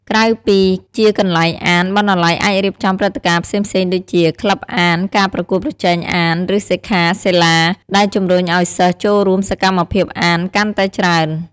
ក្រៅពីជាកន្លែងអាន បណ្ណាល័យអាចរៀបចំព្រឹត្តិការណ៍ផ្សេងៗដូចជា ក្លឹបអាន ការប្រកួតប្រជែងអាន ឬសិក្ខាសាលា ដែលជំរុញឱ្យសិស្សចូលរួមសកម្មភាពអានកាន់តែច្រើន។